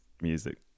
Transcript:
music